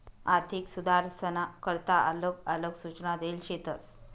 आर्थिक सुधारसना करता आलग आलग सूचना देल शेतस